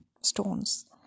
stones